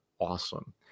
awesome